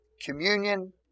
communion